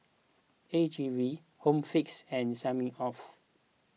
A G V Home Fix and Smirnoff